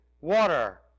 water